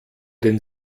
den